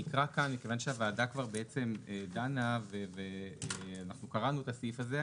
הוועדה דנה וקראנו את הסעיף הזה.